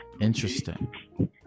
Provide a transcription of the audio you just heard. Interesting